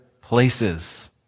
places